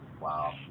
Wow